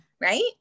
right